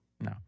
No